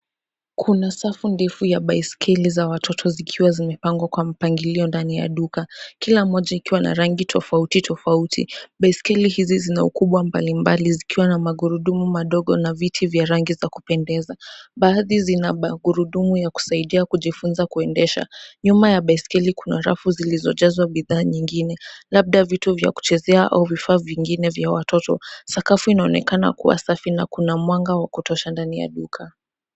Kuna safu ndefu ya baiskeli za watoto zikiwa zimepangwa kwa mpangilio ndani ya duka. Kila moja ikiwa na rangi tofauti tofauti. Baiskeli hizi zina ukubwa mbalimbali zikiwa na magurudumu madogo na viti vya rangi za kupendeza. Baadhi zina magurudumu ya kusaidia kujifunza kuendesha. Nyuma ya baiskeli kuna rafu zilizojazwa bidhaa nyingine, labda vitu vya kuchezea au vifaa vingine vya watoto. Sakafu inaonekana kuwa safi na kuna mwanga wa kutosha ndani ya duka.